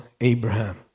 Abraham